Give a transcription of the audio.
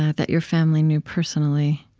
that your family knew personally,